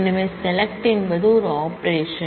எனவே செலக்ட் என்பது ஒரு ஆபரேஷன்